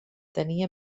tenia